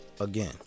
again